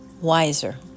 wiser